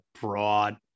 broad